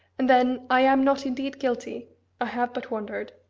and then, i am not indeed guilty i have but wandered.